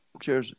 Cheers